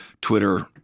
Twitter